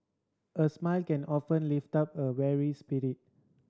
a smile can often lift up a weary